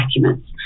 documents